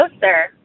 sir